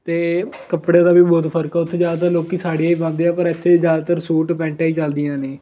ਅਤੇ ਕੱਪੜੇ ਦਾ ਵੀ ਬਹੁਤ ਫਰਕ ਆ ਉੱਥੇ ਜ਼ਿਆਦਾਤਰ ਲੋਕ ਸਾੜੀਆਂ ਹੀ ਪਾਉਂਦੇ ਆ ਪਰ ਇੱਥੇ ਜ਼ਿਆਦਾਤਰ ਸੂਟ ਪੈਂਟਾ ਹੀ ਚੱਲਦੀਆਂ ਨੇ